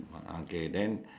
ah okay then